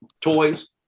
toys